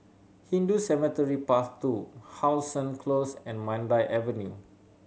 Hindu Cemetery Path Two How Sun Close and Mandai Avenue